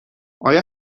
آیا